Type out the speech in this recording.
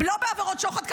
לא בעבירות שוחד,